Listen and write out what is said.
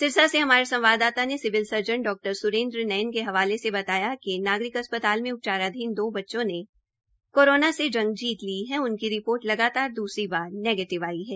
सिरसा से हमारे संवाददाता ने सिविल सर्जन डॉ स्रेन्द्र नैन के हवाले से बताया कि नागरिक अस्पताल में उपचाराधीन दो बच्चों ने कोरोना से जंग ली है उनकी रिपोर्ट लगातार दूसरी बार नेगीटिव आई है